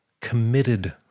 committed